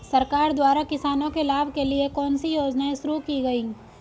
सरकार द्वारा किसानों के लाभ के लिए कौन सी योजनाएँ शुरू की गईं?